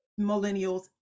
Millennials